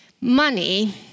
Money